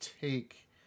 take